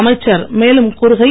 அமைச்சர் மேலும் கூறுகையில்